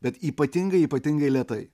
bet ypatingai ypatingai lėtai